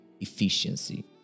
efficiency